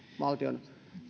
valtion